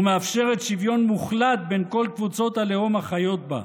ומאפשרת שוויון מוחלט בין כל קבוצות הלאום החיות בה.